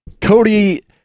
Cody